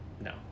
No